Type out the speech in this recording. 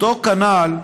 כנ"ל,